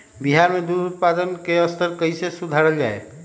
बिहार में दूध उत्पादन के स्तर कइसे सुधारल जाय